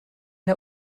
der